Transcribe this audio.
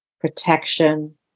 protection